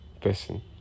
person